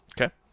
Okay